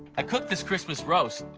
i cooked this christmas roast.